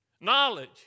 Knowledge